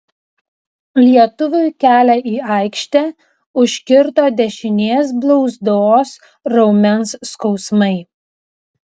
lietuviui kelią į aikštę užkirto dešinės blauzdos raumens skausmai